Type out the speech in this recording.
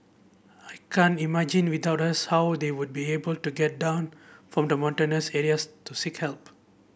I can't imagine without us how they would be able to get down from the mountainous areas to seek help